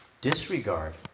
disregard